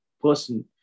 person